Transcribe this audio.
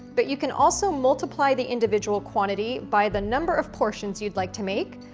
but you can also multiply the individual quantity by the number of portions you'd like to make,